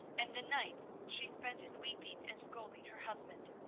and the nights she spent in weeping and scolding her husband.